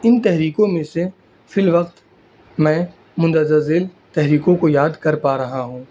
ان تحریکوں میں سے فی الوقت میں مندرجہ ذیل تحریکوں کو یاد کر پا رہا ہوں